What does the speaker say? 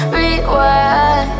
rewind